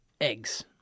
eggs